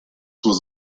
was